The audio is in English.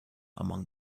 among